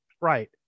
Right